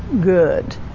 good